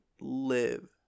live